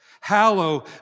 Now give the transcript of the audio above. hallow